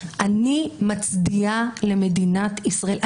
אני מצדיעה למדינת ישראל.